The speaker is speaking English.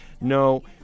No